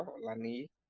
Lani